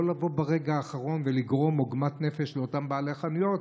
לא לבוא ברגע האחרון ולגרום עוגמת נפש לאותם בעלי חנויות